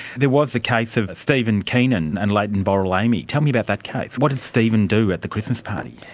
there was the case of stephen keenan and leighton boral amey. tell me about that case. what did stephen do at the christmas party?